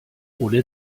wurde